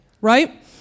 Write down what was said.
right